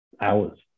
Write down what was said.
hours